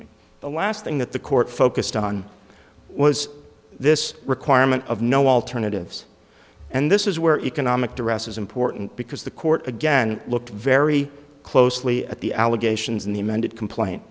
on the last thing that the court focused on was this requirement of no alternatives and this is where economic to rest is important because the court again looked very closely at the allegations in the amended complain